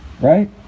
right